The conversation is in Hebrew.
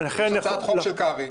יש הצעת חוק של קרעי.